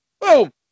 Boom